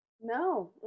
No